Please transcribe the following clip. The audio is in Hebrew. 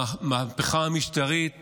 שהמהפכה המשטרית